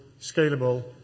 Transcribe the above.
scalable